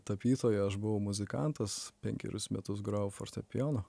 tapytoju aš buvau muzikantas penkerius metus grojau fortepijonu